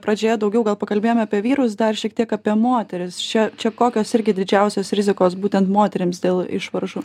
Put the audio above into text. pradžioje daugiau gal pakalbėjome apie vyrus dar šiek tiek apie moteris čia čia kokios irgi didžiausios rizikos būtent moterims dėl išvaržų